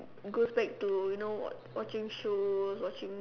goes back to you know watch~ watching shows watching